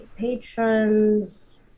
patrons